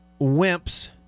wimps